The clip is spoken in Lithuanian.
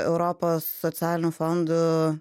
europos socialinių fondų